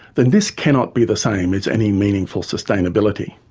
then this cannot be the same as any meaningful sustainability.